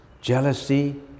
jealousy